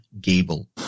Gable